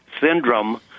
syndrome